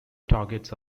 targets